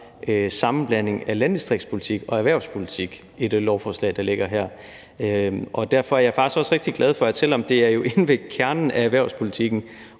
sammenblanding af landdistriktspolitik og erhvervspolitik i det lovforslag, der ligger her, og derfor er jeg, selv om det jo er inde ved kernen af erhvervspolitikken